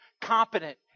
competent